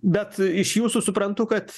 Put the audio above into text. bet iš jūsų suprantu kad